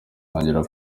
ntangira